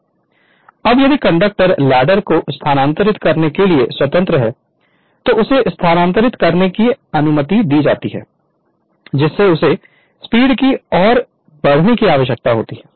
Refer Slide Time 0259 अब यदि conductor ladder को स्थानांतरित करने के लिए स्वतंत्र है तो उन्हें स्थानांतरित करने की अनुमति दी जाती है जिससे उन्हें स्पीड की ओर बढ़ने की आवश्यकता होती है